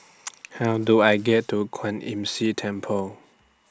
How Do I get to Kwan Imm See Temple